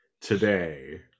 today